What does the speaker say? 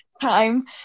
time